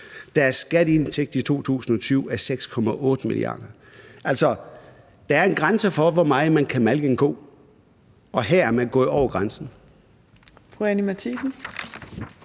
Deres skatteindtægt i 2020 er 6,8 mia. kr. Altså, der er en grænse for, hvor meget man kan malke en ko, og her er man gået over grænsen.